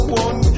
one